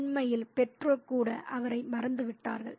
உண்மையில் பெற்றோர் கூட அவரை மறந்துவிட்டார்கள்